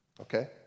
okay